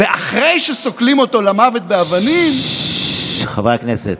ואחרי שסוקלים אותו למוות באבנים, חברי הכנסת.